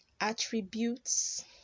attributes